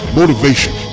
motivation